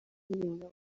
ibinyoma